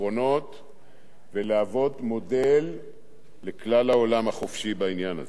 האחרונות ולהוות מודל לכלל העולם החופשי בעניין הזה.